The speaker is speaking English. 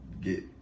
get